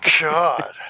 God